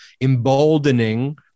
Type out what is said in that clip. emboldening